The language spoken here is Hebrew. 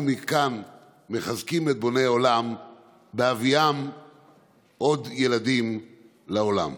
אנחנו מכאן מחזקים את בוני עולם בהביאם עוד ילדים לעולם.